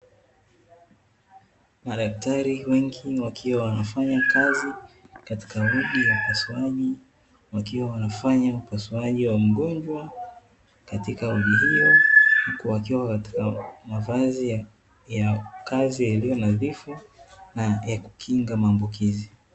Madaktari wengi wakiwa wanafanya kazi, katika wodi ya upasuaji, wakiwa wanafanya upasuaji wa mgonjwa katika wodi hiyo, huku wakiwa katika mavazi ya kazi yaliyo nadhifu na ya kukinga maambukizi.